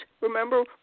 Remember